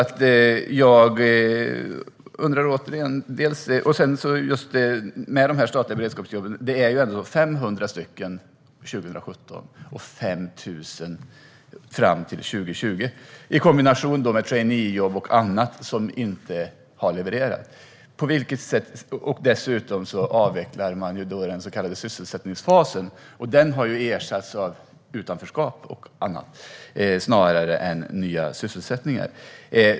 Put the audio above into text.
Det är alltså fråga om 500 statliga beredskapsjobb 2017 och 5 000 fram till 2020. Detta ska vara i kombination med traineejobb och annat som inte har levererats. Dessutom avvecklas den så kallade sysselsättningsfasen. Den har ersatts av utanförskap snarare än av sysselsättning.